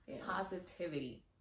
Positivity